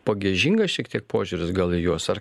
pagiežingas šiek tiek požiūris gal į juos ar